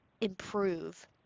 improve